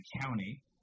county